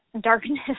darkness